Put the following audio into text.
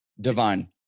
Divine